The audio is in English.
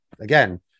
again